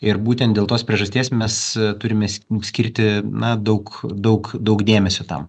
ir būtent dėl tos priežasties mes turime skirti daug daug daug dėmesio tam